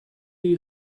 you